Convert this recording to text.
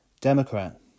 Democrat